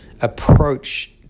approach